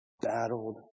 battled